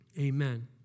Amen